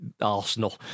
Arsenal